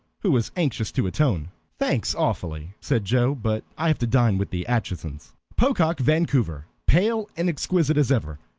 who was anxious to atone. thanks, awfully, said joe, but i have to dine with the aitchisons. pocock vancouver, pale and exquisite as ever,